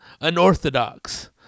Unorthodox